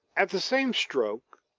at the same stroke,